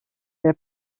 herr